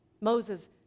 Moses